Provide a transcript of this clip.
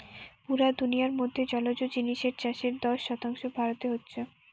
পুরা দুনিয়ার মধ্যে জলজ জিনিসের চাষের দশ শতাংশ ভারতে হচ্ছে